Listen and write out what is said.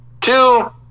two